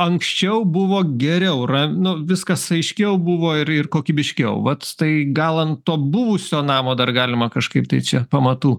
anksčiau buvo geriau ra nu viskas aiškiau buvo ir ir kokybiškiau vat tai gal ant to buvusio namo dar galima kažkaip tai čia pamatų